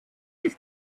ist